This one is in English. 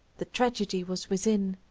the tragedy was within.